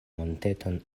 monteton